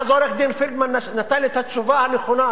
ואז עורך-דין פלדמן נתן לי את התשובה הנכונה,